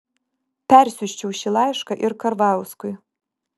persiųsčiau šį laišką ir karvauskui